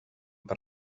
per